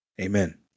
Amen